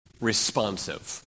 responsive